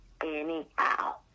anyhow